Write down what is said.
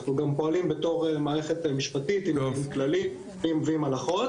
אנחנו פועלים בתוך מערכת משפטית עם כללים ועם הלכות,